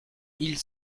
ils